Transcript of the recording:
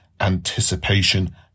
anticipation